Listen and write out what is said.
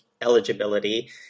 eligibility